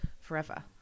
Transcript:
forever